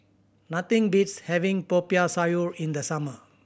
nothing beats having Popiah Sayur in the summer